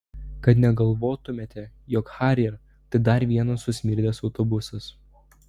kad negalvotumėte jog harrier tai dar vienas susmirdęs autobusas